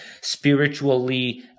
spiritually